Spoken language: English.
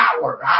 power